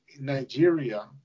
Nigeria